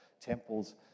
temples